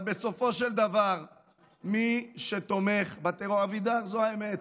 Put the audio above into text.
אבל בסופו של דבר מי שתומך בטרור, אבידר, זו האמת.